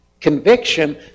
Conviction